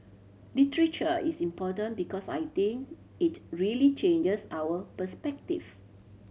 literature is important because I think it really changes our perspective